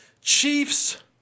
Chiefs